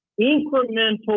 incremental